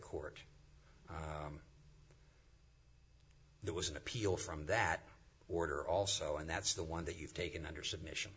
court there was an appeal from that order also and that's the one that you've taken under submission